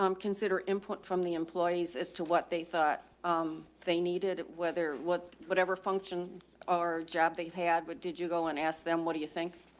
um consider input from the employees as to what they thought um they needed? whether what, whatever function our job they've had, what did you go and ask them? what do you think?